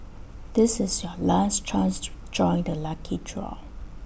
this is your last chance to join the lucky draw